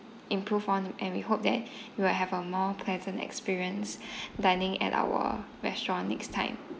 improve on and we hope that you will have a more pleasant experience dining at our restaurant next time